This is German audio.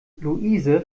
luise